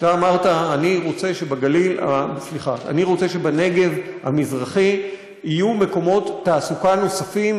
כשאתה אמרת: אני רוצה שבנגב המזרחי יהיו מקומות תעסוקה נוספים,